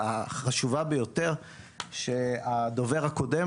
אבל ההערה החשובה ביותר שלי היא שהדובר הקודם,